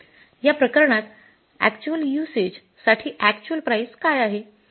या प्रकरणात actual usage साठी अॅक्च्युअल प्राईस काय आहे